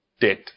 debt